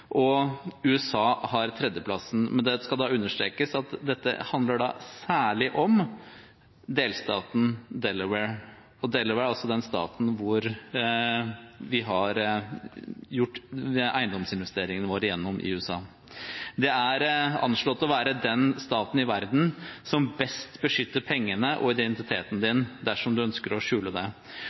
og USA, som har tredjeplassen, men det skal understrekes at dette handler da særlig om delstaten Delaware. Delaware er den staten i USA som vi har gjort eiendomsinvesteringene våre gjennom, og som er anslått å være den staten i verden som best beskytter pengene dine og identiteten din dersom du ønsker å skjule den. Det